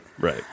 right